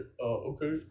okay